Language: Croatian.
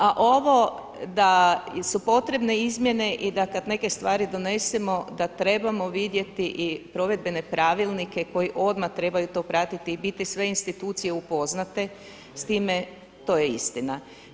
A ovo da su potrebne izmjene i da kada neke stvari donesemo da trebamo vidjeti i provedbene pravilnike koji odmah trebaju to pratiti i biti sve institucije upoznate s time, to je istina.